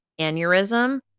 aneurysm